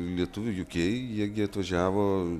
lietuvių jukei jie gi atvažiavo